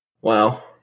wow